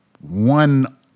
one